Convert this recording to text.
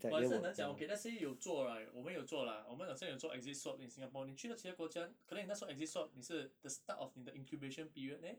but 也是很难讲 okay let's say 有做 right 我们有做啦我们好像有做 exit swab in singapore 你去到其他国家可能你那是后 exit swab 你是 the start of 你的 incubation period leh